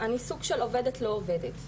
אני סוג של עובדת, לא עובדת.